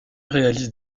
réalise